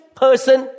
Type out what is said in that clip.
person